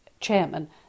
Chairman